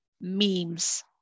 memes